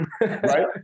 right